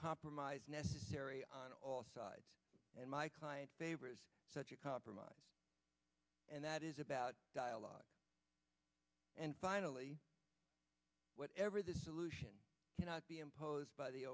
compromise necessary and my client favors such a compromise and that is about dialogue and finally whatever the solution cannot be imposed by the